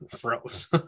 froze